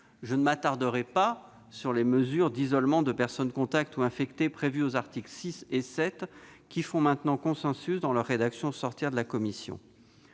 Je ne m'attarderai pas sur les mesures d'isolement de personnes contacts ou infectées prévues aux articles 6 et 7 ; elles font maintenant consensus, dans leur rédaction issue des travaux de la commission.